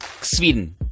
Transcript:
Sweden